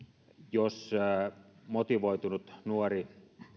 jos motivoitunut nuori